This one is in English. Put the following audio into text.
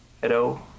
Hello